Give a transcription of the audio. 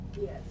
Yes